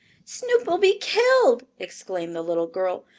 snoop will be killed! exclaimed the little girl.